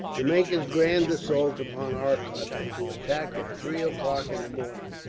to make his grand assault upon arcot, and to attack at three o'clock in the morning.